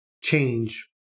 change